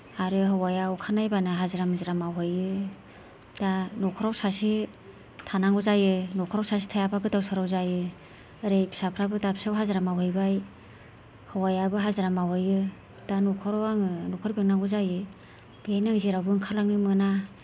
आरो हौवाया अखा नायब्लानो हाजिरा मुजिरा मावहैयो दा न'खराव सासे थानांगौ जायो न'खराव सासे थायाब्ला गोदाव सोराव जायो ओरै फिसाफोराबो दाबसेयाव हाजिरा मावहैबाय हौवायाबो हाजिरा मावहैयो दा न'खराव आङो न'खर बेंनांगौ जायो बेनो आं जेरावबो ओंखारलांनो मोना